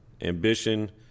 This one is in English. ambition